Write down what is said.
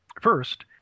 First